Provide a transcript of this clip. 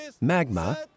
magma